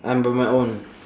I'm by my own